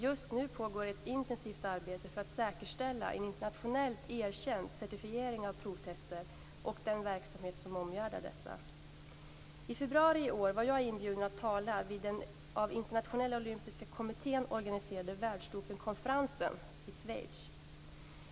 Just nu pågår ett intensivt arbete för att säkerställa en internationellt erkänd certifiering av provtester och den verksamhet som omgärdar dessa. I februari i år var jag inbjuden att tala vid den av Internationella olympiska kommittén organiserade världsdopningskonferensen i Schweiz.